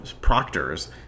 proctors